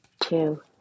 two